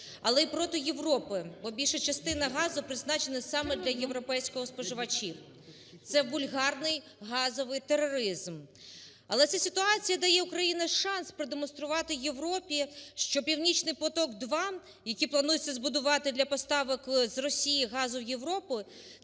але і проти Європи, бо більша частина газу призначена саме для європейських споживачів. Це вульгарний газовий тероризм. Але ця ситуація дає Україні шанс продемонструвати Європі, що "Північний потік - 2", який планується збудувати для поставок з Росії газу в Європу,